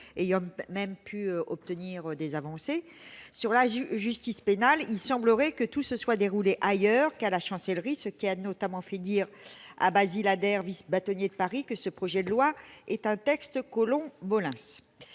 ont même pu obtenir des avancées -, sur la justice pénale, il semblerait que tout se soit déroulé ailleurs qu'à la Chancellerie. Cela a notamment fait dire à Basile Ader, vice-bâtonnier de Paris, que ce projet de loi était un texte « Collomb-Molins